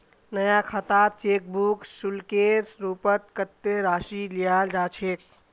नया खातात cheque book शुल्केर रूपत कत्ते राशि लियाल जा छेक